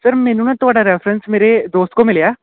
sir ਮੈਨੂੰ ਨਾ ਤੁਹਾਡਾ ਰੈਫਰੈਂਸ ਮੇਰੇ ਦੋਸਤ ਕੋਲੋਂ ਮਿਲਿਆ